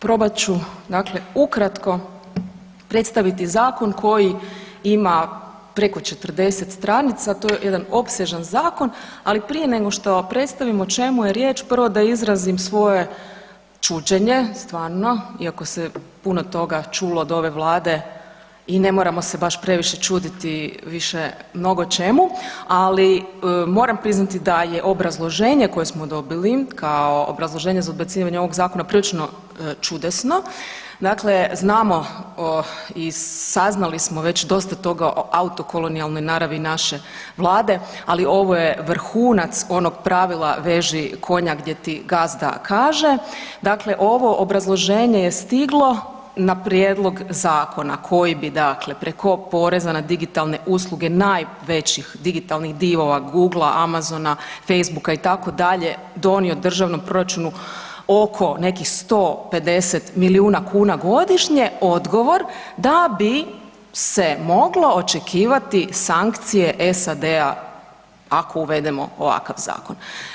Probat ću dakle ukratko predstaviti zakon koji ima preko 40 stranica, to je jedan opsežan zakon ali prije nego što predstavim o čemu je riječ, prvo da izrazim svoje čuđenje, stvarno, iako se puno toga čulo od ove Vlade i ne moramo se baš previše čuditi više mnogočemu, ali moram priznati da je obrazloženje koje smo dobili kao obrazloženje za odbacivanje ovog zakona, prilično čudesno, dakle znamo i saznali smo već dosta toga u autokolonijalnoj naravi naše Vlade, ali ovo je vrhunac onog pravila „veži konja gdje ti gazda kaže“, dakle ovo obrazloženje je stiglo na prijedlog zakona koji bi dakle preko poreza na digitalne usluge najvećih digitalnih divova Googla, Amazona, Facebooka itd., donio državnom proračunu oko nekih 150 milijuna kn godišnje, odgovor da bi se moglo očekivati sankcije SAD-a ako uvedemo ovakav zakon.